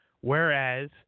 whereas